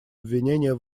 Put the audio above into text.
обвинения